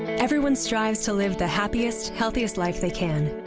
everyone strives to live the happiest healthiest life they can.